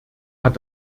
hat